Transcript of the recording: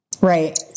Right